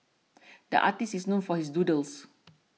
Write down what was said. the artist is known for his doodles